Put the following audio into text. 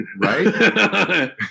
right